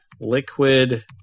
liquid